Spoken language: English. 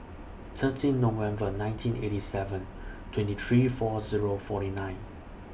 thirteen November nineteen eighty seven twenty three four Zero forty nine